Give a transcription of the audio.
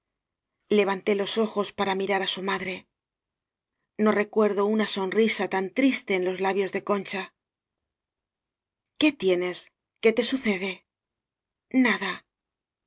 levanté los ojos para mirar á su madre no recuerdo una sonrisa tan triste en los labios de concha qué tienes qué te sucede nada